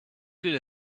good